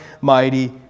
mighty